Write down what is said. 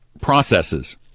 processes